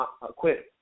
quit